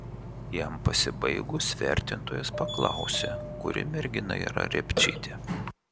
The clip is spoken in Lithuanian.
jam pasibaigus vertintojas paklausė kuri mergina yra repčytė